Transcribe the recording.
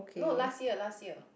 no last year last year